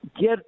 get